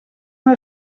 una